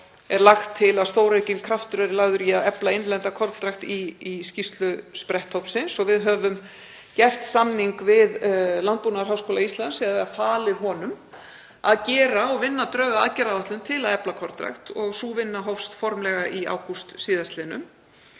er lagt til að stóraukinn kraftur verði lagður í að efla innlenda kornrækt í skýrslu spretthópsins og við höfum gert samning við Landbúnaðarháskóla Íslands eða falið honum að gera og vinna drög að aðgerðaáætlun til að efla kornrækt og sú vinna hófst formlega í ágúst síðastliðnum.